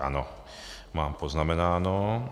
Ano, mám poznamenáno.